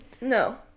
No